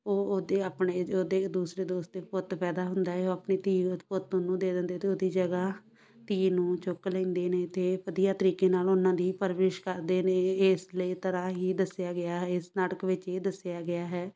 ਉਹ ਉਹਦੇ ਆਪਣੇ ਉਹਦੇ ਦੂਸਰੇ ਦੋਸਤ ਦੇ ਪੁੱਤ ਪੈਦਾ ਹੁੰਦਾ ਏ ਉਹ ਆਪਣੀ ਧੀ ਉਤ ਪੁੱਤ ਉਹਨੂੰ ਦੇ ਦਿੰਦੇ ਅਤੇ ਉਹਦੀ ਜਗ੍ਹਾ ਧੀ ਨੂੰ ਚੁੱਕ ਲੈਂਦੇ ਨੇ ਅਤੇ ਵਧੀਆ ਤਰੀਕੇ ਨਾਲ ਉਹਨਾਂ ਦੀ ਪਰਵਰਿਸ਼ ਕਰਦੇ ਨੇ ਇਸ ਲਈ ਤਰ੍ਹਾਂ ਹੀ ਦੱਸਿਆ ਗਿਆ ਇਸ ਨਾਟਕ ਵਿੱਚ ਇਹ ਦੱਸਿਆ ਗਿਆ ਹੈ